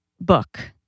book